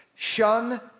Shun